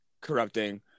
corrupting